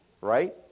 right